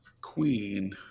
Queen